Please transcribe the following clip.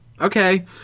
Okay